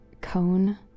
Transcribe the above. cone